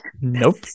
Nope